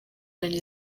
yanjye